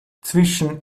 zwischen